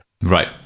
Right